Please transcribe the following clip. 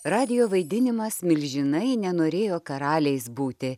radijo vaidinimas milžinai nenorėjo karaliais būti